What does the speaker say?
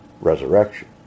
resurrection